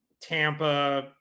Tampa